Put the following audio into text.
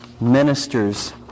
ministers